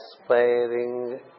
aspiring